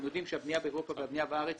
יודעים שהבנייה באירופה והבנייה בארץ